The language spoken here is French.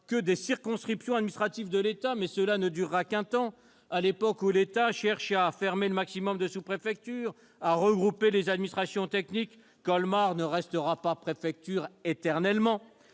parle des circonscriptions administratives de l'État, mais cela ne durera qu'un temps ... À une époque où l'État cherche à fermer le maximum de sous-préfectures et à regrouper les administrations techniques, Colmar ne restera pas préfecture éternellement